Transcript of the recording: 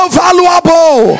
valuable